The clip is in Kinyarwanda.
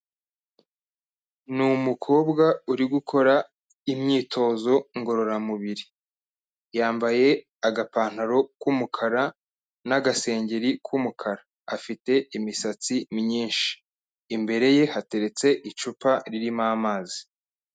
Ni umukobwa uri gukora imyitozo ngororamubiri. Yambaye agapantaro k'umukara, n'agasengeri k'umukara. Afite imisatsi myinshi, imbere ye hateretse icupa ririmo amazi.